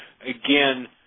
again